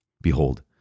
Behold